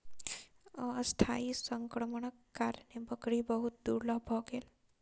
अस्थायी संक्रमणक कारणेँ बकरी बहुत दुर्बल भ गेल